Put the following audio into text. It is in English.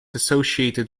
associated